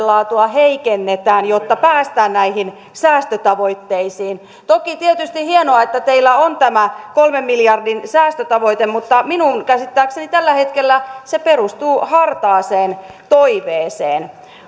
laatua heikennetään jotta päästään näihin säästötavoitteisiin toki tietysti on hienoa että teillä on tämä kolmen miljardin säästötavoite mutta minun käsittääkseni tällä hetkellä se perustuu hartaaseen toiveeseen